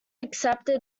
accepted